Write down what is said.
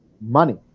money